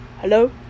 Hello